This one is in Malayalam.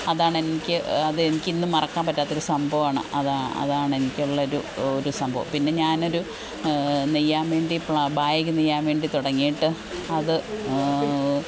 അതാണ് എനിക്ക് അതെനിക്കിന്നും മറക്കാന് പറ്റാത്തൊരു സംഭവാണ് അതാണ് അതാണെനിക്കുള്ളൊരു ഒരു സംഭവം പിന്നെ ഞാനൊരു നെയ്യാ വേണ്ടി ബ്ലാ ബാഗ് നെയ്യാന് വേണ്ടി തുടങ്ങിയിട്ട് അത്